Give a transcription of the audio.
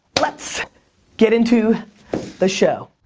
let's get into the show.